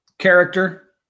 Character